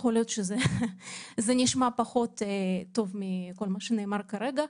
יכול להיות שזה נשמע פחות טוב מכל מה שנאמר כרגע.